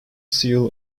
seal